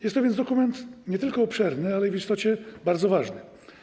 Jest to więc dokument nie tylko obszerny, ale i w istocie bardzo ważny.